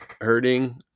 hurting